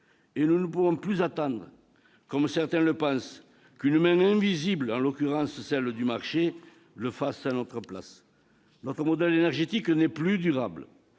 Nous ne pouvons plus attendre, comme certains le pensent, qu'une main invisible- en l'occurrence, celle du marché -le fasse à notre place. Notre modèle énergétique n'est plus durable.